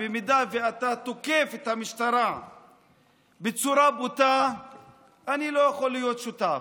במידה שאתה תוקף את המשטרה בצורה בוטה אני לא יכול להיות שותף.